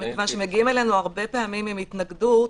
מכיוון שמגיעים אלינו הרבה פעמים עם התנגדות,